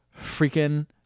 freaking